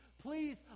Please